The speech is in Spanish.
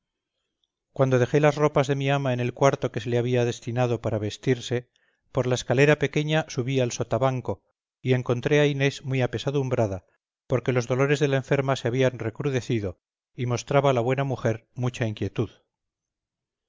cuando dejé las ropas de mi ama en el cuarto que se le había destinado para vestirse por la escalera pequeña subí al sotabanco y encontré a inés muy apesadumbrada porque los dolores de la enferma se habían recrudecido y mostraba la buena mujer mucha inquietud